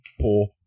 poor